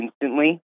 instantly